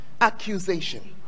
accusation